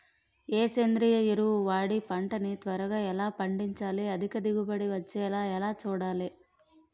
ఏ సేంద్రీయ ఎరువు వాడి పంట ని త్వరగా ఎలా పండించాలి? అధిక దిగుబడి వచ్చేలా ఎలా చూడాలి?